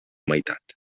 meitat